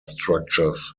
structures